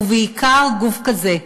ובעיקר גוף כזה,